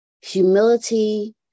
Humility